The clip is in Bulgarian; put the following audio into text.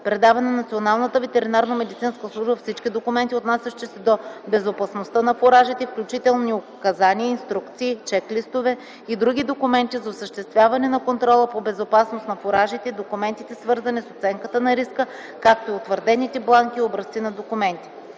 предава на Националната ветеринарномедицинска служба всички документи, отнасящи се до безопасността на фуражите, включително указания, инструкции, чек-листове и други документи за осъществяване на контрола по безопасност на фуражите, документите, свързани с оценката на риска, както и утвърдените бланки образци на документи.